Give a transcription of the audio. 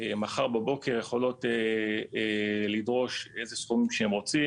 מחר בבוקר יכולות לדרוש איזה סכומים שהם רוצים.